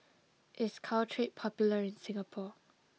is Caltrate popular in Singapore